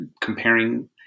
comparing